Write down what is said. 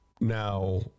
Now